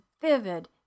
vivid